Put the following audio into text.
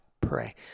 pray